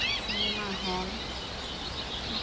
cinema hall